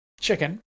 chicken